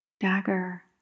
dagger